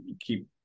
keep